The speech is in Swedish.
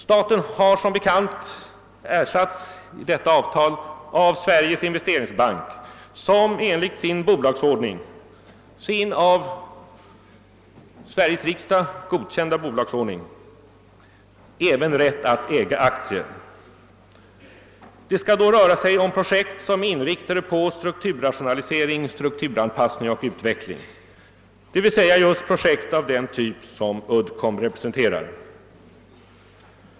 Staten har som bekant ersatts i detta avtal av Investeringsbanken, som enligt sin av Sveriges riksdag godkända bolagsordning även har rätt att äga aktier. Det skall då röra sig om projekt som är inriktade på strukturrationalisering, strukturanpassning eller utveckling, d.v.s. just projekt av den typ som Uddcomb representerar.